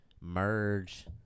merge